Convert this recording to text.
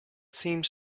seems